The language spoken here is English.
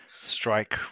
strike